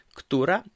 która